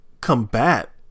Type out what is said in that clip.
combat